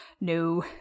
no